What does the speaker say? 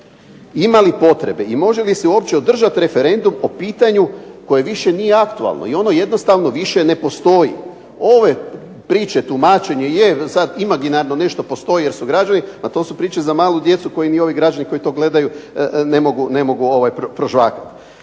ima li potrebe i može li se uopće održat referendum o pitanju koje više nije aktualno i ono jednostavno više ne postoji. Ove priče, tumačenja, je sad imaginarno nešto postoji jer su …/Govornik se ne razumije./… to su priče za malu djecu koje ni ovi građani koji to gledaju ne mogu prožvakati